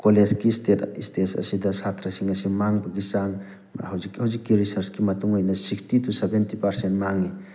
ꯀꯣꯂꯦꯖꯀꯤ ꯏ꯭ꯁꯇꯦꯖ ꯑꯁꯤꯗ ꯁꯥꯇ꯭ꯔꯁꯤꯡ ꯑꯁꯤ ꯃꯥꯡꯕꯒꯤ ꯆꯥꯡ ꯍꯧꯖꯤꯛ ꯍꯧꯖꯤꯛꯀꯤ ꯔꯤꯁꯔꯁꯀꯤ ꯃꯇꯨꯡ ꯑꯣꯏꯅ ꯁꯤꯛꯁꯇꯤ ꯇꯨ ꯁꯕꯦꯟꯇꯤ ꯄꯥꯔꯁꯦꯟ ꯃꯥꯡꯉꯤ